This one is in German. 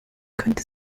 könnte